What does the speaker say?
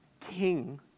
king